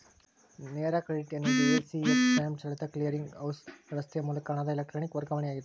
ನೇರ ಕ್ರೆಡಿಟ್ ಎನ್ನುವುದು A, C, H ಸ್ವಯಂಚಾಲಿತ ಕ್ಲಿಯರಿಂಗ್ ಹೌಸ್ ವ್ಯವಸ್ಥೆಯ ಮೂಲಕ ಹಣದ ಎಲೆಕ್ಟ್ರಾನಿಕ್ ವರ್ಗಾವಣೆಯಾಗಿದೆ